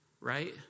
right